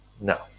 No